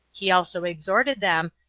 he also exhorted them,